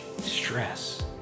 stress